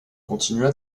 continua